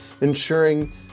ensuring